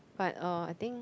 but uh I think